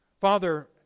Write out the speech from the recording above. Father